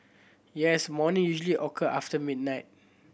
yes morning usually occur after midnight